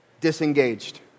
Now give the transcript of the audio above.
disengaged